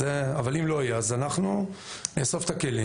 אבל אם לא יהיה אז אנחנו נאסוף את הכלים